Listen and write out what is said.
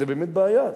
זה באמת בעיה.